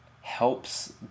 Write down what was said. helps